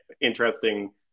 interesting